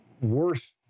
worth